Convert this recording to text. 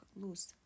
loose